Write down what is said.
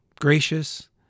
gracious